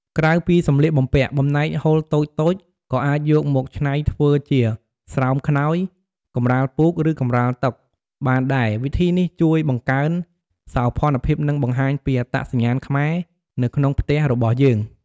ក្រៅពីសម្លៀកបំពាក់ បំណែកហូលតូចៗ ក៏អាចយកមកច្នៃធ្វើជា ស្រោមខ្នើយ កម្រាលពូក ឬកម្រាលតុ បានដែរ វិធីនេះជួយបង្កើន សោភ័ណភាព និងបង្ហាញពី អត្តសញ្ញាណខ្មែរ នៅក្នុងផ្ទះរបស់យើង។